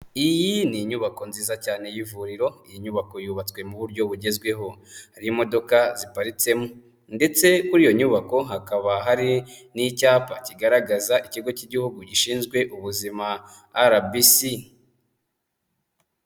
Iyi ni inyubako nziza cyane y'ivuriro, iyi nyubako yubatswe mu buryo bugezweho, harimo imodoka ziparitsemo ndetse kuri iyo nyubako hakaba hari n'icyapa kigaragaza ikigo cy'igihugu gishinzwe ubuzima RBC.